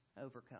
overcome